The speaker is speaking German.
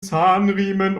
zahnriemen